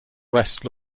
west